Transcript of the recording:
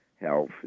health